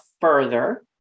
further